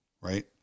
Right